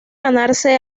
ganarse